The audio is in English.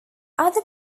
other